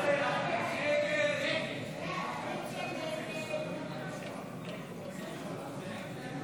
ההסתייגויות לסעיף 04 בדבר